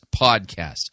podcast